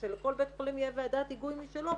ושלכל בית חולים תהיה ועדת היגוי משלו,